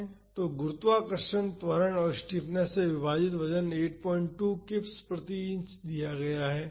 तो गुरुत्वाकर्षण त्वरण और स्टिफनेस से विभाजित वजन 82 किप्स प्रति इंच दिया गया है